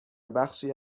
بخشی